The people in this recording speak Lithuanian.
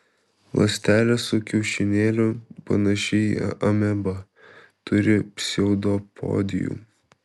ląstelė su kiaušinėliu panaši į amebą turi pseudopodijų